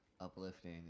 uplifting